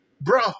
bro